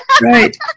Right